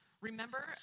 Remember